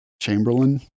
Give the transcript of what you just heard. Chamberlain